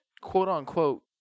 quote-unquote